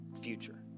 future